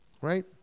right